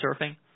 surfing